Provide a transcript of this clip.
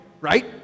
right